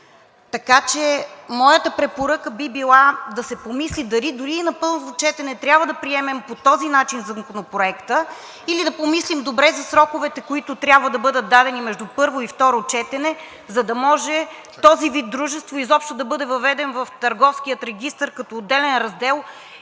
Така че моята препоръка би била да се помисли дали дори и на първо четене трябва да приемем по този начин Законопроекта или да помислим добре за сроковете, които трябва да бъдат дадени между първо и второ четене, за да може този вид дружество изобщо да бъде въведен в Търговския регистър като отделен раздел